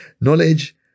knowledge